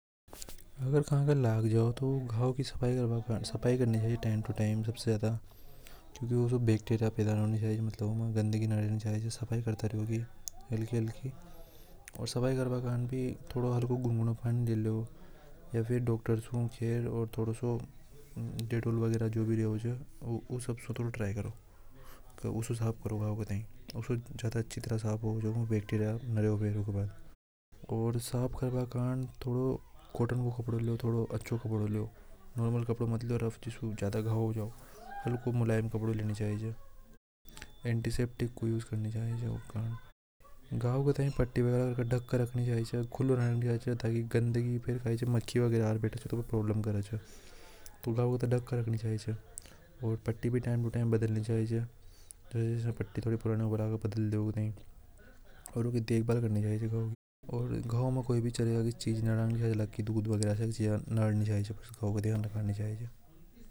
﻿अगर कहां का लग जाओ तो घाव की सफाई करवा कर सफाई करनी चाहिए टाइम टू टाइम सबसे ज्यादा। क्योंकि वह सब बैक्टीरिया पैदा होनी चाहिए मतलब गंदगी न रहनी चाहिए सफाई करता रहोगी हल्की-हल्की और सफाई करवा कांड भी थोड़ा और घूमने पानी दे लो या फिर डॉक्टर करे और थोड़ा सा डिटेल वगैरा जो भी दिया मुझे ट्राई करो थोड़ा को पढ़ लो नॉर्मल कपड़ा हो। जो हमको मुलायम कपड़े लेने चाहिए एंटीसेप्टिक को यूज करने चाहिए गंदगी फिर कैसे मक्खी वगैरा प्रॉब्लम करेगी चाहिए।